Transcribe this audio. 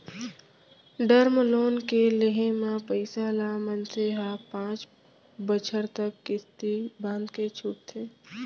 term loan के लेहे म पइसा ल मनसे ह पांच बछर तक किस्ती बंधाके छूटथे